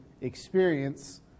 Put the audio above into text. experience